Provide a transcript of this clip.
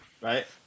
Right